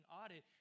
audit